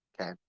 okay